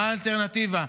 מה האלטרנטיבה?